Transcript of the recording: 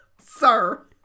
Sir